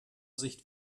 sicht